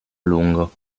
lungo